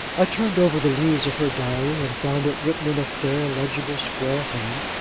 i turned over the leaves of her diary, and found it written in a fair legible square hand,